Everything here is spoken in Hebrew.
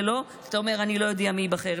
זה לא שאתה אומר: אני לא יודע מי ייבחר.